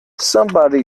somebody